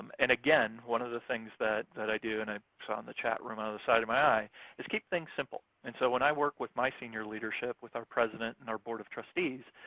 and, again, one of the things that that i do and i saw in the chat room out of the side of my eye is keep things simple. and so when i work with my senior leadership, with our president and our board of trustees,